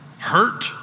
hurt